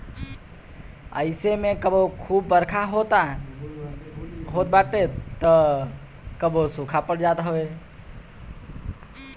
अइसे में कबो खूब बरखा होत बाटे तअ कबो सुखा पड़ जात हवे